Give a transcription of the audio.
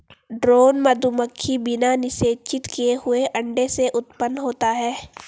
drone मधुमक्खी बिना निषेचित किए हुए अंडे से उत्पन्न होता है